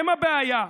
הם הבעיה.